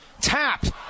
Tapped